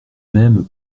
mêmes